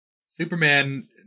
Superman